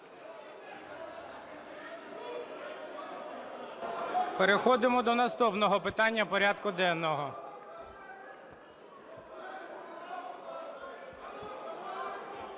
Переходимо до наступного питання порядку денного.